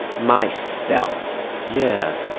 myself yeah.